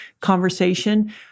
conversation